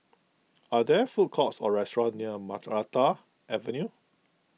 are there food courts or restaurants near Maranta Avenue